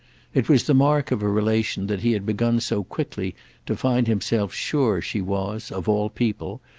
it was the mark of a relation that he had begun so quickly to find himself sure she was, of all people,